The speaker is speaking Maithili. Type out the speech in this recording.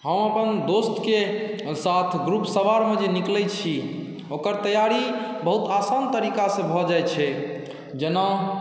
हम अपन दोस्तके साथ ग्रुप सवारमे जे निकलै छी ओकर तैयारी बहुत आसान तरीकासँ भऽ जाइ छै जेना